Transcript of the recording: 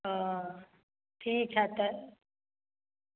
हँ ठीक हए तऽ